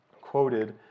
quoted